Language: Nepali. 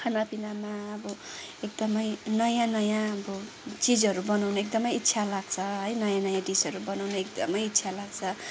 खाना पिनामा अब एकदमै नयाँ नयाँ अब चिजहरू बनाउने एकदमै इच्छा लाग्छ है नयाँ नयाँ डिसहरू बनाउन एकदमै इच्छा लाग्छ